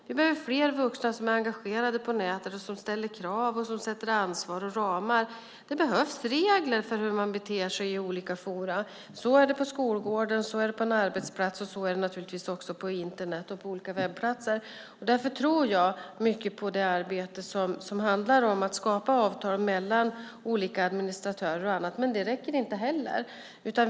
Vi behöver fler vuxna som är engagerade på nätet och som ställer krav och som tar ansvar och sätter upp ramar. Det behövs regler för hur man beter sig i olika forum. Så är det på skolgården, så är det på en arbetsplats och så är det naturligtvis också på Internet och på olika webbplatser. Därför tror jag mycket på det arbete som handlar om att skapa avtal mellan olika administratörer och annat, men det räcker inte heller.